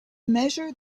measure